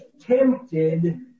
tempted